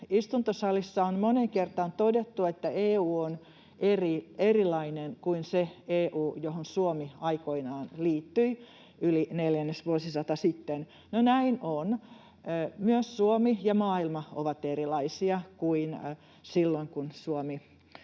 istuntosalissa on moneen kertaan todettu, että EU on erilainen kuin se EU, johon Suomi aikoinaan liittyi yli neljännesvuosisata sitten. No, näin on. Myös Suomi ja maailma ovat erilaisia kuin silloin, kun Suomi vuoden